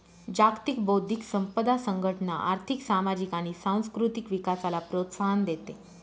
जागतिक बौद्धिक संपदा संघटना आर्थिक, सामाजिक आणि सांस्कृतिक विकासाला प्रोत्साहन देते